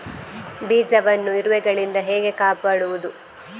ಬೀಜವನ್ನು ಇರುವೆಗಳಿಂದ ಹೇಗೆ ಕಾಪಾಡುವುದು?